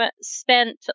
spent